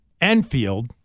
Enfield